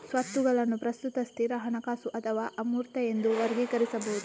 ಸ್ವತ್ತುಗಳನ್ನು ಪ್ರಸ್ತುತ, ಸ್ಥಿರ, ಹಣಕಾಸು ಅಥವಾ ಅಮೂರ್ತ ಎಂದು ವರ್ಗೀಕರಿಸಬಹುದು